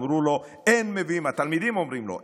אמרו לו" התלמידים אומרים לו,